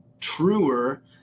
truer